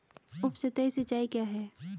उपसतही सिंचाई क्या है?